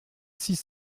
six